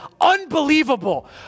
Unbelievable